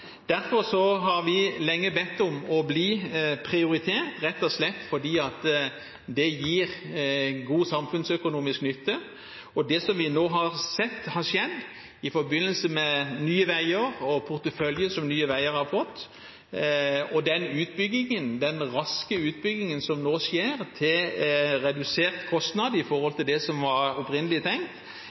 Derfor har vi lenge bedt om å bli prioritert, rett og slett fordi det gir god samfunnsøkonomisk nytte. Det som har skjedd i forbindelse med Nye Veier og porteføljen som Nye Veier har fått, og den raske utbyggingen som nå skjer til redusert kostnad i forhold til det som var opprinnelig tenkt,